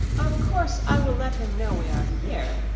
of course i will let him know we are here,